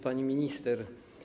Pani Minister!